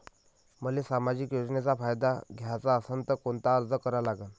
मले सामाजिक योजनेचा फायदा घ्याचा असन त कोनता अर्ज करा लागन?